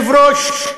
אדוני היושב-ראש,